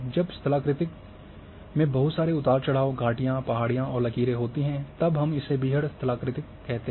जब स्थलाकृति में बहुत सारे उतार चढ़ाव घाटियाँ पहाड़ियाँ और लकीरें होती हैं तब हम इसे बीहड़ स्थलाकृति कहते हैं